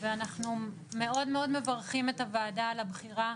ואנחנו מאוד מברכים את הועדה על הבחירה